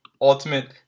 Ultimate